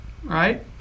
Right